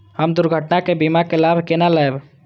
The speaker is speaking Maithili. हम दुर्घटना के बीमा के लाभ केना लैब?